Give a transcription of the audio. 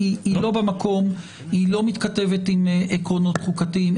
היא לא במקום והיא לא מתכתבת עם עקרונות חוקתיים.